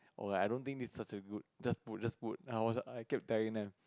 oh I don't think this such a good just put just put ah I kept tagging them